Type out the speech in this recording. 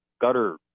gutter